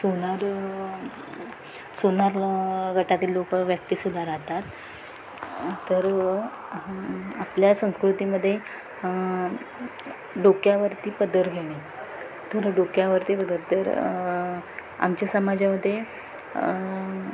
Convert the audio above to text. सोनार सोनार ल गटातील लोकं व्यक्तीसुदा राहतात तर आपल्या संस्कृतीमध्ये डोक्यावरती पदर घेणे तर डोक्यावरती पदर तर आमच्या समाजामध्ये